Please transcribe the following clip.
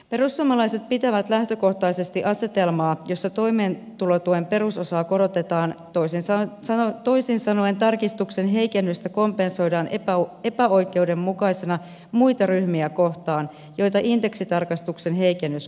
perussuomalaiset pitävät lähtökohtaisesti asetelmaa jossa toimeentulotuen perusosaa korotetaan toisin sanoen tarkistuksen heikennystä kompensoidaan epäoikeudenmukaisena muita ryhmiä kohtaan joita indeksitarkistuksen heikennys koskettaa